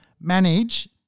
manage